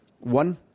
one